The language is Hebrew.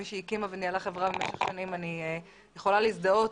כמי שהקימה וניהלה חברה במשך שנים אני יכולה להזדהות